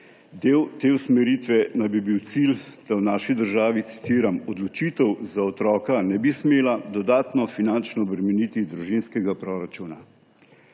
Del te usmeritve naj bi bil cilj, da v naši državi, citiram, »odločitev za otroka ne bi smela dodatno finančno obremeniti družinskega proračuna«.